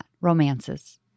romances